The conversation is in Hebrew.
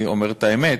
אני אומר את האמת,